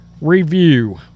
Review